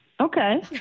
Okay